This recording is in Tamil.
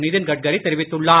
நிதின் கட்கரி தெரிவித்துள்ளார்